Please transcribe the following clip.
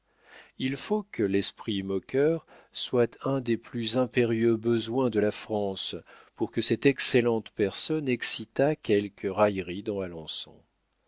il faut que l'esprit moqueur soit un des plus impérieux besoins de la france pour que cette excellente personne excitât quelques railleries dans